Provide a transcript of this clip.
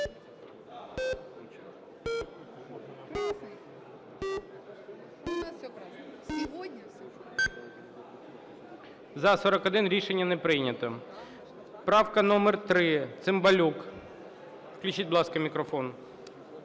За-41 Рішення не прийнято. Правка номер 3, Цимбалюк. Включіть, будь ласка, мікрофон.